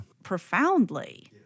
profoundly